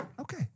Okay